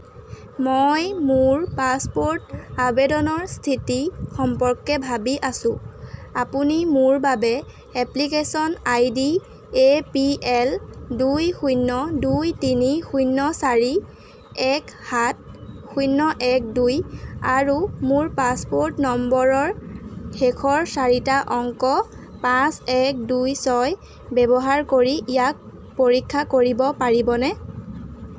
মই মোৰ পাছপ'ৰ্ট আবেদনৰ স্থিতি সম্পৰ্কে ভাবি আছোঁ আপুনি মোৰ বাবে application ID A P L দুই শূণ্য দুই তিনি শূণ্য চাৰি এক সাত শূণ্য এক দুই আৰু মোৰ পাছপ'ৰ্ট নম্বৰৰ শেষৰ চাৰিটা অংক পাঁচ এক দুই ছয় ব্যৱহাৰ কৰি ইয়াক পৰীক্ষা কৰিব পাৰিবনে